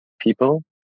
people